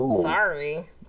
Sorry